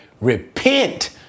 Repent